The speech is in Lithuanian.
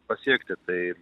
pasiekti tai